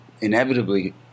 inevitably